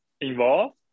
involved